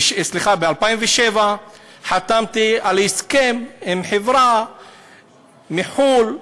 ב-2007 חתמתי על הסכם עם חברה מחו"ל,